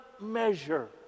measure